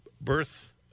birth